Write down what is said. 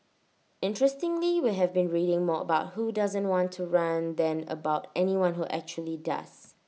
interestingly we have been reading more about who doesn't want to run than about anyone who actually does